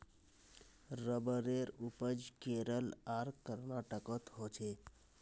रबरेर उपज केरल आर कर्नाटकोत होछे